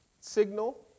signal